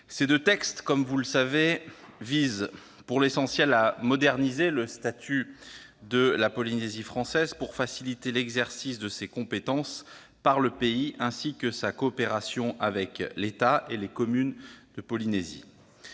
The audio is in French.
Ces deux textes visent pour l'essentiel à moderniser le statut de la Polynésie française pour faciliter l'exercice de ses compétences par le pays, ainsi que sa coopération avec l'État et les communes polynésiennes.